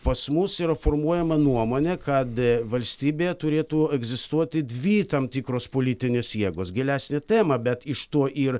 pas mus yra formuojama nuomonė kad valstybėje turėtų egzistuoti dvi tam tikros politinės jėgos gilesnė tema bet iš to ir